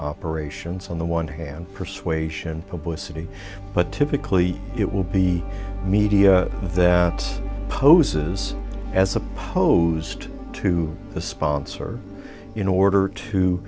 operations on the one hand persuasion publicity but typically it will be media that poses as opposed to the sponsor in order to